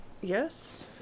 yes